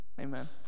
amen